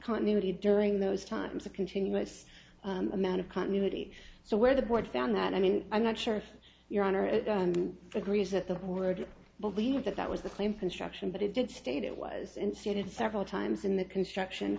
continuity during those times of continuous amount of continuity so where the board found that i mean i'm not sure if your honor it agrees that the word believe that that was the claim construction but it did state it was inserted several times in the construction